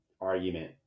argument